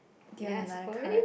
the another card